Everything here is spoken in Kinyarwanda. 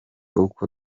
uko